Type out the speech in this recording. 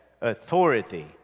authority